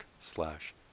slash